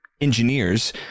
engineers